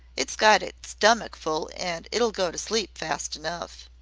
it's got its stummick full an' it'll go to sleep fast enough.